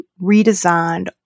redesigned